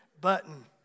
button